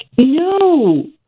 no